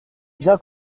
bien